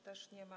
Też nie ma.